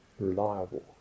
reliable